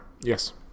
Yes